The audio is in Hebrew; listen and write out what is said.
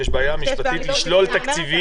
שיש בעיה משפטית לשלול תקציבים.